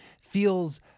feels